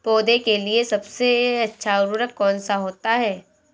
पौधे के लिए सबसे अच्छा उर्वरक कौन सा होता है?